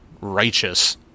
righteous